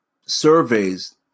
surveys